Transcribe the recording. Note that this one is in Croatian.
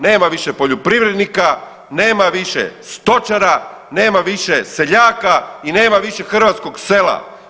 Nema više poljoprivrednika, nema više stočara, nema više seljaka i nema više hrvatskog sela.